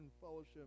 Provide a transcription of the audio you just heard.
fellowship